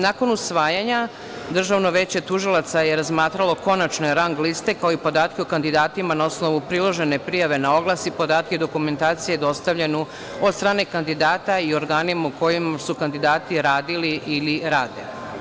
Nakon usvajanja, Državno veće tužilaca je razmatralo konačne rang liste, kao i podatke o kandidatima na osnovu priložene prijave na oglas i podatke dokumentacije dostavljenu od strane kandidata i organima u kojima su kandidati radili ili rade.